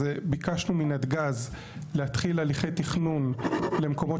ביקשנו מנתג"ז להתחיל הליכי תכנון למקומות